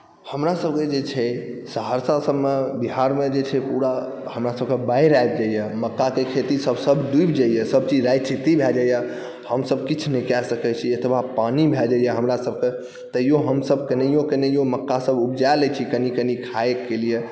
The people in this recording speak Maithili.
हमरासबके जे छै सहरसा सबमे बिहारमे जे छै पूरा हमरासबके बाढ़ि आबि जाइए मक्काके खेतीसब डुबि जाइए सबचीज राइ छित्ती भऽ जाइए हमसब किछु नहि कऽ सकै छी एतबा पानी भऽ जाइए हमरासबके तैओ हमसब केनाहिओ केनाहिओ मक्कासब उपजा लै छी कनि कनि खाइके लिए